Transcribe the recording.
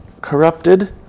corrupted